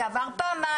זה עבר פעמיים.